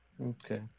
Okay